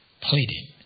pleading